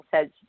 says